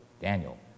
Daniel